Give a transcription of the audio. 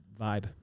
vibe